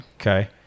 Okay